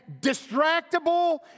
distractible